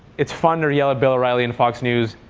it's fun to yell at bill o'reilly and fox news,